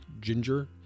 ginger